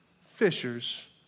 fishers